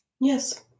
Yes